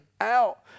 out